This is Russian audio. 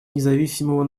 независимого